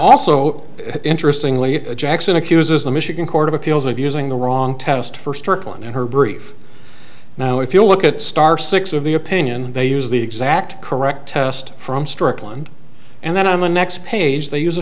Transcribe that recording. also interestingly jackson accuses the michigan court of appeals of using the wrong test for strickland in her brief now if you look at star six of the opinion they use the exact correct test from strickland and then on the next page they use a